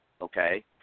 Okay